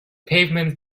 pavement